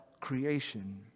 creation